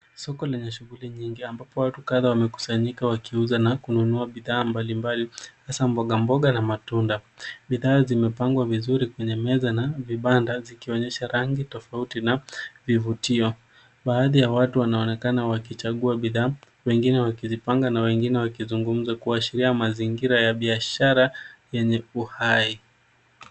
Soko lenye shughuli nyingi ambapo watu kadha wamekusanyika wakiuza na kununua bidhaa mbalimbali hasa mboga mboga na matunda. Bidhaa zimepangwa vizuri kwenye meza na vibanda zikionyesha rangi tofauti na vivutio. Baadhi ya watu wanaonekana wakichagua bidhaa, wengine wakizipanga na wengine wakizungumza kuashiria mazingira ya biashara yenye uhai.